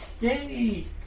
Yay